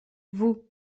vous